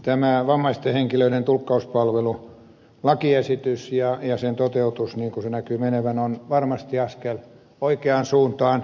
tämä vammaisten henkilöiden tulkkauspalvelulakiesitys ja sen toteutus niin kuin se näkyy menevän on varmasti askel oikeaan suuntaan